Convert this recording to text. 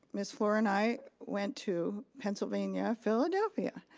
ms. warren, i went to pennsylvania, philadelphia,